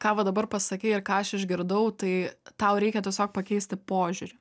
ką va dabar pasakei ir ką aš išgirdau tai tau reikia tiesiog pakeisti požiūrį